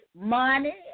money